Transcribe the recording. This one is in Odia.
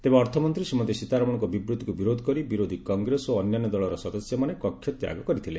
ତେବେ ଅର୍ଥମନ୍ତ୍ରୀ ଶ୍ରୀମତୀ ସୀତାରମଣଙ୍କ ବିବୃତ୍ତିକ୍ ବିରୋଧ କରି ବିରୋଧୀ କଂଗ୍ରେସ ଓ ଅନ୍ୟାନ୍ୟ ଦଳର ସଦସ୍ୟମାନେ କକ୍ଷତ୍ୟାଗ କରିଥିଲେ